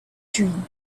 dream